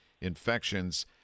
infections